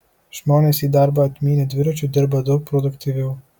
žmonės į darbą atmynę dviračiu dirba daug produktyviau